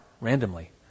randomly